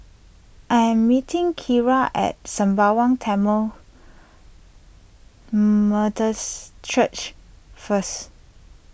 I am meeting Kiarra at Sembawang Tamil Methodist Church first